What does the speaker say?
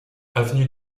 avenue